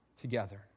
together